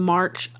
March